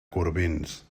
corbins